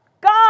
God